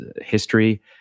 history